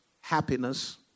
happiness